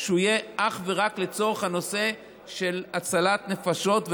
שהוא יהיה אך ורק לצורך הנושא של הצלת נפשות,